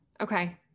okay